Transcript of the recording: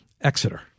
Exeter